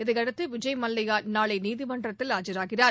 இதையடுத்து விஜய் மல்லையா நாளை நீதிமன்றத்தில் ஆஜராகிறார்